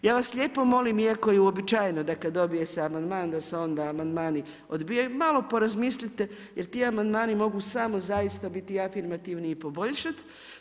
Ja vas lijepo molim, iako je uobičajeno, da kad dobije se amandman da se onda amandmani odbijaju, malo porazmislite, jer ti amandmani mogu samo zaista biti afirmativni i poboljšati.